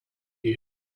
you